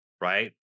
right